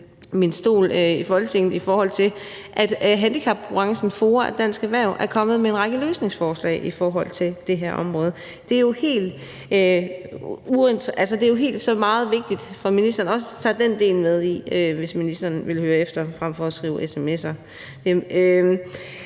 min stol i Folketinget, at Handicapbranchen Danmark, FOA og Dansk Erhverv er kommet med en række løsningsforslag i forhold til det her område. Det er jo meget vigtigt, at ministeren også tager den del med – hvis ministeren ville høre efter frem for at skrive sms'er.